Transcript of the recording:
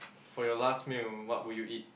for your last meal what would you eat